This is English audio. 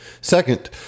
Second